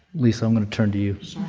lisa, i'm going to turn to you.